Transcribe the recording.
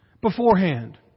beforehand